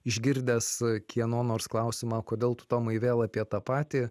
išgirdęs kieno nors klausimą kodėl tu tomai vėl apie tą patį